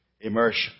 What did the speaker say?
immersion